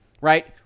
right